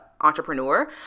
entrepreneur